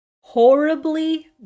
horribly